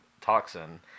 toxin